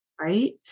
Right